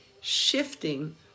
shifting